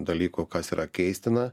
dalykų kas yra keistina